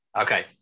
Okay